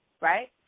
right